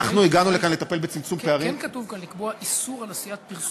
אנחנו --- כן כתוב כאן "לקבוע איסור על עשיית פרסומת".